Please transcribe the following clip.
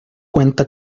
cuenta